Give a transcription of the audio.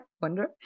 wonder